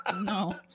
no